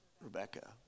Rebecca